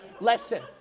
lesson